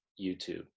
YouTube